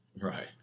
Right